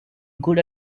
good